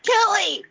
Kelly